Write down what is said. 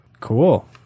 Cool